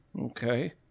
Okay